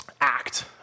act